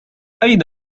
أين